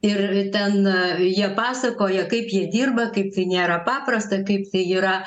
ir ten jie pasakoja kaip jie dirba kaip tai nėra paprasta kaip tai yra